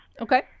Okay